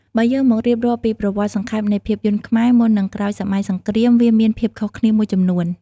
បើយើងមករៀបរាប់ពីប្រវត្តិសង្ខេបនៃភាពយន្តខ្មែរ មុននិងក្រោយសម័យសង្គ្រាម វាមានភាពខុសគ្នាមួយចំនួន។